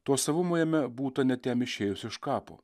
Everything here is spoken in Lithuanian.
to savumo jame būta net jam išėjus iš kapo